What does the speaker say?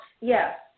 yes